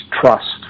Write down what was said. trust